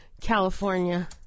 California